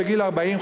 בגיל 40,